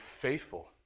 faithful